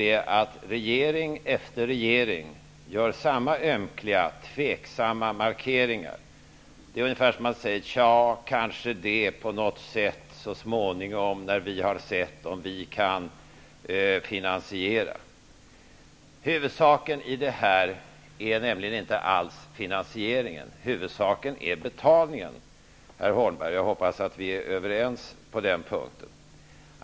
Regering efter regering gör samma ömkliga och tveksamma markeringar. Det ungefär som om man säger: Tja, kanske det, på något sätt och så småningom, när vi har sett om vi kan finansiera. Huvudsaken i detta är inte alls finansieringen. Huvudsaken är betalningen, herr Holmberg. Jag hoppas att vi är överens på den punkten.